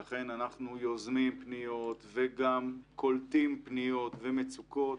ולכן אנחנו יוזמים פניות וגם קולטים פניות ומצוקות.